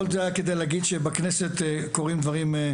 כל זה היה כדי להגיד שבכנסת קורים דברים חשובים.